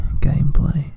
gameplay